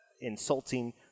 insulting